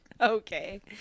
Okay